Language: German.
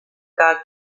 gar